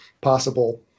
possible